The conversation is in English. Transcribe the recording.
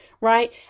right